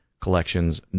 collections